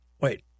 wait